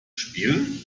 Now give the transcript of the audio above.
spielen